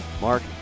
Mark